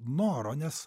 noro nes